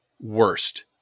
worst